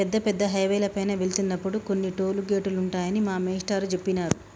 పెద్ద పెద్ద హైవేల పైన వెళ్తున్నప్పుడు కొన్ని టోలు గేటులుంటాయని మా మేష్టారు జెప్పినారు